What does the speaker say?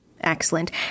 Excellent